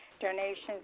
Donations